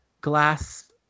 glass